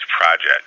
project